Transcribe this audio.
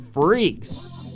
freaks